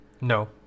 No